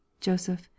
joseph